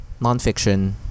nonfiction